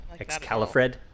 Excalifred